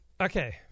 Okay